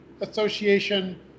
association